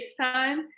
FaceTime